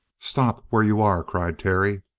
stop where you are! cried terry.